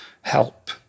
help